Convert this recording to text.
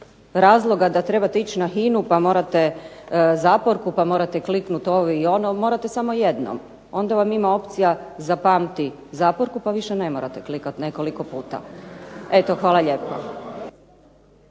razloga da trebate ići na HINA-u pa morate zaporku, pa morate kliknuti ovo i ono. Morate samo jednom, onda vam ima opcija zapamti zaporku pa više ne morate klikati nekoliko puta. Eto hvala lijepa.